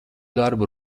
darbu